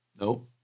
No